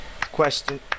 question